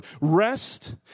Rest